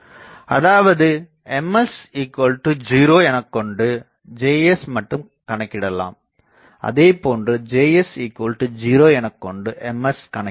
அதாவது Ms0 எனக்கொண்டு Js மட்டும் கணக்கிடலாம் அதேபோன்று Js0 எனக்கொண்டு Ms கணக்கிடலாம்